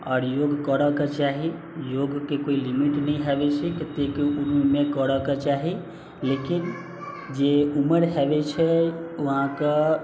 आओर योग करऽके चाही योगके कोइ लिमिट नहि होइ छै कतेकके उम्रमे करेके चाही लेकिन जे उमर होइ छै ओ अहाँके